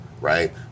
right